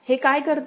हे काय करते